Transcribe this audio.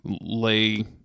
lay